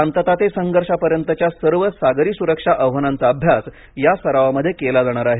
शांतता ते संघर्षापर्यंतच्या सर्व सागरी सुरक्षा आव्हानांचा अभ्यास या सरावामध्ये केला जाणार आहे